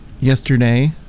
yesterday